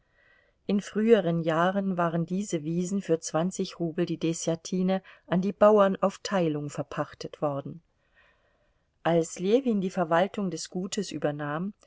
in früheren jahren waren diese wiesen für zwanzig rubel die deßjatine an die bauern auf teilung verpachtet worden als ljewin die verwaltung des gutes übernahm